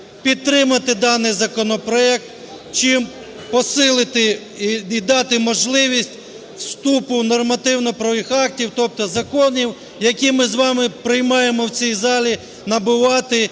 підтримати даний законопроект, чим посилити і дати можливість вступу нормативно-правових актів, тобто законів, які ми з вами приймаємо в цій залі, набувати